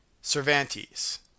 Cervantes